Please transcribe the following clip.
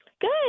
Good